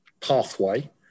pathway